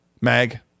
mag